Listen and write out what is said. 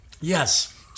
Yes